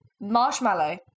marshmallow